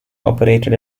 operated